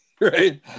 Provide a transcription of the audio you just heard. right